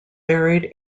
buried